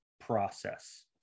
process